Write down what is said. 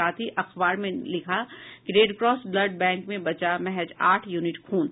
साथ ही अखबार ने लिखा है रेड क्रास ब्लड बैंक में बचा महज आठ यूनिट खून